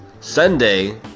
Sunday